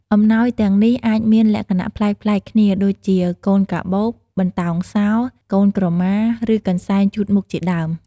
អំណោយទាំងនេះអាចមានលក្ខណៈប្លែកៗគ្នា ដូចជា កូនកាបូប បន្ដោងសោរ កូនក្រម៉ា ឬកន្សែងជូតមុខជាដើម។